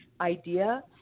idea